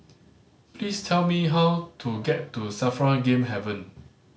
please tell me how to get to SAFRA Game Haven